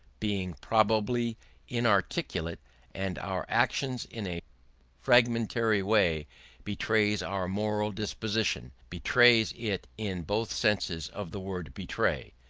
being probably inarticulate and our action in a fragmentary way betrays our moral disposition betrays it in both senses of the word betray,